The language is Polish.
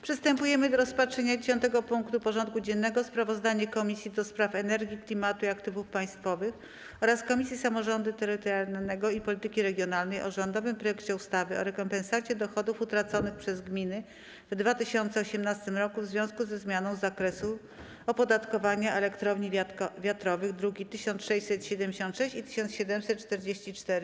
Przystępujemy do rozpatrzenia punktu 10. porządku dziennego: Sprawozdanie Komisji do Spraw Energii, Klimatu i Aktywów Państwowych oraz Komisji Samorządu Terytorialnego i Polityki Regionalnej o rządowym projekcie ustawy o rekompensacie dochodów utraconych przez gminy w 2018 r. w związku ze zmianą zakresu opodatkowania elektrowni wiatrowych (druki nr 1676 i 1744)